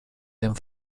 dem